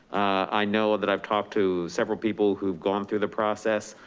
i know that i've talked to several people who've gone through the process,